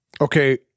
Okay